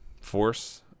force